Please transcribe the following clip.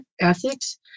ethics